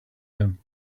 him